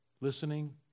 Listening